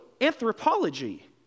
anthropology